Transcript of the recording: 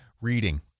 reading